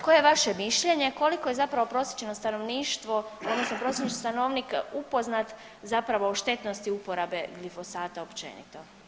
Koje je vaše mišljenje koliko je zapravo prosječno stanovništvo odnosno prosječni stanovnik upoznat zapravo o štetnosti uporabe glifosata općenito?